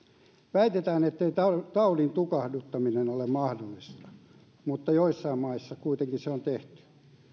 väitetään ettei taudin tukahduttaminen ole mahdollista mutta joissain maissa kuitenkin se on tehty